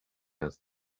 has